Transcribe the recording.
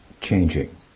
changing